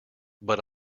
but